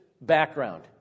background